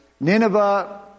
Nineveh